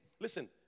listen